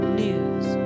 news